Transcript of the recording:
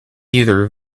either